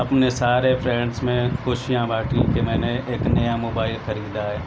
اپنے سارے فرینڈس میں خوشیاں بانٹی کہ میں نے ایک نیا موبائل خریدا ہے